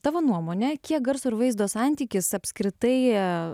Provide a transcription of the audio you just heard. tavo nuomone kiek garso ir vaizdo santykis apskritai